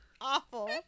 Awful